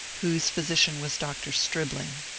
whose physician was dr. stribling.